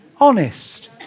honest